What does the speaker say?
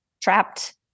trapped